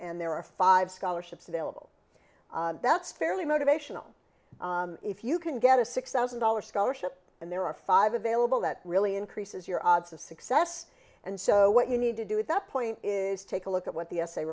and there are five scholarships available that's fairly motivational if you can get a six thousand dollars scholarship and there are five available that really increases your odds of success and so what you need to do at that point is take a look at what the essay